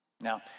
Now